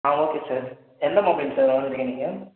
ஆ okay sir எந்த mobile sir வாங்குறீங்க நீங்கள்